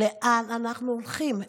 לאן אנחנו הולכים?